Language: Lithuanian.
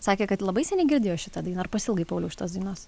sakė kad labai seniai girdėjo šitą dainą ar pasiilgai pauliau ušitos dainos